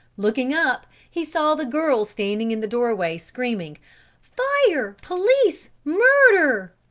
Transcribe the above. looking up, he saw the girl standing in the doorway, screaming fire! police! murder!